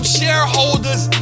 shareholders